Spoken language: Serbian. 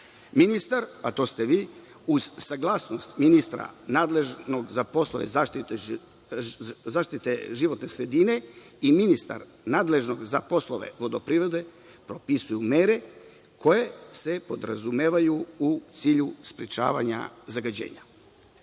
stanicama. Ministar, a to ste vi, uz saglasnost ministra nadležnog za poslove zaštite životne sredine i ministar nadležan za poslove vodoprivrede propisuju mere koje se podrazumevaju u cilju sprečavanja zagađenja.